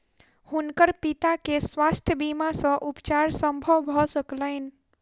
हुनकर पिता के स्वास्थ्य बीमा सॅ उपचार संभव भ सकलैन